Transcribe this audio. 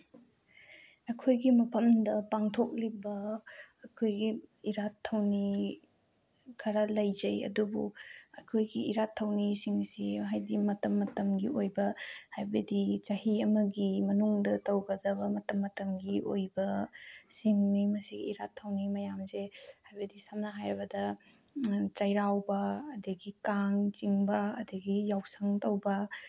ꯑꯩꯈꯣꯏꯒꯤ ꯃꯐꯝꯗ ꯄꯥꯡꯊꯣꯛꯂꯤꯕ ꯑꯩꯈꯣꯏꯒꯤ ꯏꯔꯥꯠ ꯊꯧꯅꯤ ꯈꯔ ꯂꯩꯖꯩ ꯑꯗꯨꯕꯨ ꯑꯩꯈꯣꯏꯒꯤ ꯏꯔꯥꯠ ꯊꯧꯅꯤꯁꯤꯡꯁꯤ ꯍꯥꯏꯗꯤ ꯃꯇꯝ ꯃꯇꯝꯒꯤ ꯑꯣꯏꯕ ꯍꯥꯏꯕꯗꯤ ꯆꯍꯤ ꯑꯃꯒꯤ ꯃꯅꯨꯡꯗ ꯇꯧꯒꯗꯕ ꯃꯇꯝ ꯃꯇꯝꯒꯤ ꯑꯣꯏꯕ ꯁꯤꯡꯅꯤ ꯃꯁꯤ ꯏꯔꯥꯠ ꯊꯧꯅꯤ ꯃꯌꯥꯝꯁꯦ ꯍꯥꯏꯕꯗꯤ ꯁꯝꯅ ꯍꯥꯏꯔꯕꯗ ꯆꯩꯔꯥꯎꯕ ꯑꯗꯒꯤ ꯀꯥꯡ ꯆꯤꯡꯕ ꯑꯗꯒꯤ ꯌꯥꯎꯁꯪ ꯇꯧꯕ